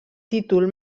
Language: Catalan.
títol